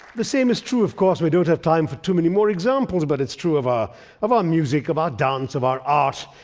the same is true, of course we don't have time for too many more examples but it's true of ah of our music, of our dance, of our art,